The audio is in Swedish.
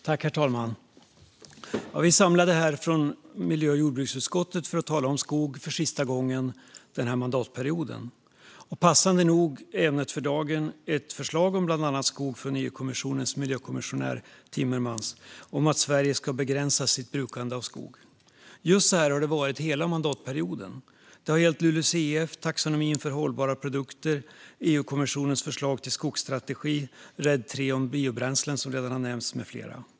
Herr talman! Vi är samlade här från miljö och jordbruksutskottet för att tala om skog för sista gången denna mandatperiod. Passande nog är ämnet för dagen ett förslag från EU-kommissionens miljökommissionär Timmermans som bland annat handlar om att Sverige ska begränsa sitt brukande av skog. Just så här har det varit hela mandatperioden. Det har gällt LULUCF, taxonomin för hållbara produkter, EU-kommissionens förslag till skogsstrategi, RED III om biobränsle, som redan har nämnts, med flera.